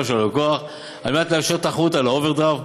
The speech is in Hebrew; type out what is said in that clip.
של הלקוח על מנת לאפשר תחרות על האוברדרפט,